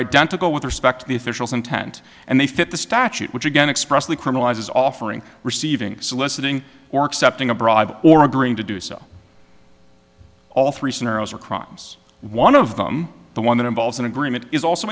identical with respect to the official's intent and they fit the statute which again expressly criminalizes offering receiving soliciting or accepting a bribe or agreeing to do so all three scenarios are crimes one of them the one that involves an agreement is also